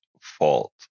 fault